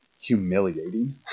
humiliating